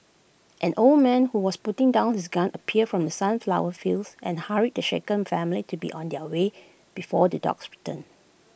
an old man who was putting down his gun appeared from the sunflower fields and hurried the shaken family to be on their way before the dogs return